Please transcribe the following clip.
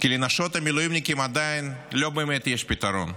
כי עדיין לנשות המילואימניקים לא באמת יש פתרון.